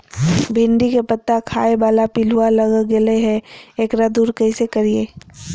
भिंडी के पत्ता खाए बाला पिलुवा लग गेलै हैं, एकरा दूर कैसे करियय?